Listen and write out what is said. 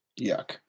Yuck